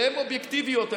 שהן אובייקטיביות,